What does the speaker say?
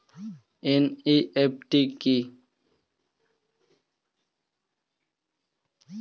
NEFT কি?